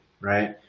right